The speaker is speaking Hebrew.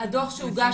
הדוח שהוגש